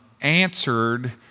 answered